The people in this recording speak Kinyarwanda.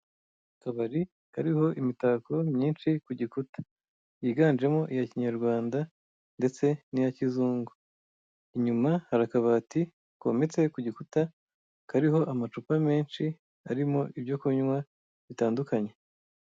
Akabari kariho imitako myinshi ku gikuta yiganjemo iya Kinyarwanda ndetse n'iya kizungu, inyuma hari akabati kometse ku gikuta kariho amacupa menshi arimo ibyo kunywa bitandukanye.